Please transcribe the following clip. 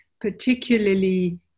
particularly